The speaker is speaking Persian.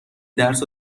درس